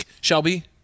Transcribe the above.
Shelby